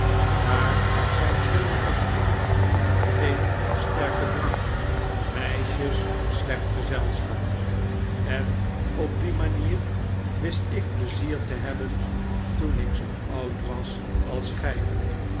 daar zijn geene verzoekingen geen sterke drank meisjes of sleeht gezelschap en op die manier wist ik pleizier te hebben toen ik zoo oud was als gij